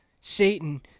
Satan